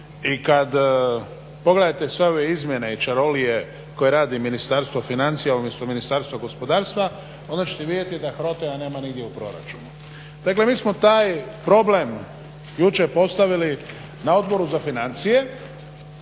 i kad pogledate sve ove izmjene i čarolije koje radi Ministarstvo financija umjesto Ministarstva gospodarstva onda ćete vidjeti da HROTE-a nema nigdje u proračunu. Dakle mi smo taj problem jučer postavili na Odboru za financije